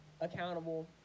accountable